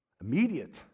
Immediate